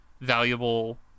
valuable